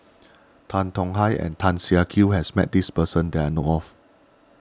Tan Tong Hye and Tan Siak Kew has met this person that I know of